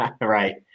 Right